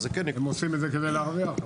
הם עושים את זה כדי להרוויח.